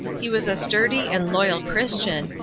he was a sturdy and loyal christian,